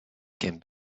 can